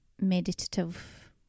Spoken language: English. meditative